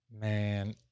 man